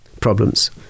problems